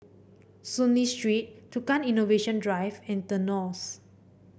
Soon Lee Street Tukang Innovation Drive and The Knolls